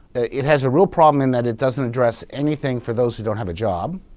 it it has a real problem in that it doesn't address anything for those who don't have a job